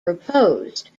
proposed